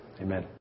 Amen